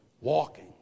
walking